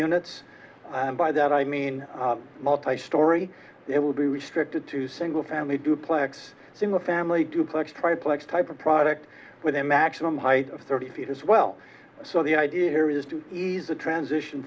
units and by that i mean multi story it will be restricted to single family duplex single family duplex type lex type of product with a maximum height of thirty feet as well so the idea here is to ease the transition